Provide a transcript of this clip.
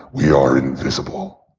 we are invisible.